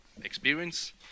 experience